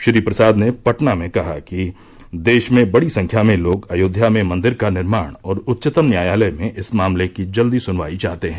श्री प्रसाद ने पटना में कहा कि देश में बड़ी संख्या में लोग अयोध्या में मंदिर का निर्माण और उच्चतम न्यायालय में इस मामले की जल्दी सुनवाई चाहते हैं